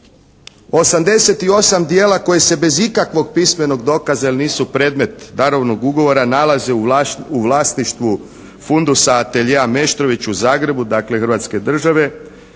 88 djela koja se bez ikakvog pismenog dokaza jer nisu predmet darovnog ugovora nalaze u vlasništvu fundusa ateljea Meštrović u Zagrebu, dakle Hrvatske države